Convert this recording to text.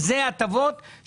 היו הרבה סעיפים לא מוסכמים.